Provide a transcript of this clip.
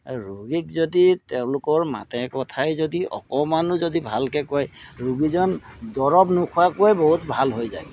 এই ৰোগীক যদি তেওঁলোকৰ মাতে কথাই যদি অকণমানো যদি ভালকৈ কয় ৰোগীজন দৰৱ নোখোৱাকৈ বহুত ভাল হৈ যায়